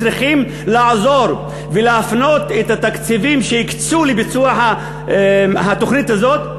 צריכים לעזור ולהפנות את התקציבים שהקצו לביצוע התוכנית הזאת,